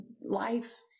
life